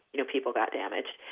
you know, people got damaged.